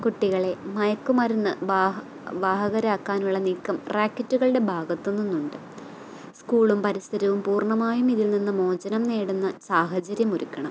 കുട്ടികളെ മയക്കുമരുന്ന് വാഹകരാക്കാനുള്ള നീക്കം റാക്കറ്റുകളുടെ ഭാഗത്തു നിന്നുണ്ട് സ്കൂളും പരിസരവും പൂർണമായും ഇതിൽ നിന്നും മോചനം നേടുന്ന സാഹചര്യമൊരുക്കണം